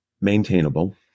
maintainable